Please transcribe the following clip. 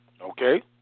Okay